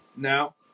Now